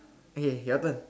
eh your turn